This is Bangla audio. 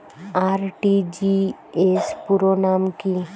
আর.টি.জি.এস পুরো নাম কি?